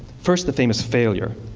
first, the famous failure.